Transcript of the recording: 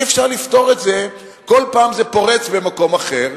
אי-אפשר לפתור את זה, כל פעם זה פורץ במקום אחר,